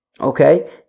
okay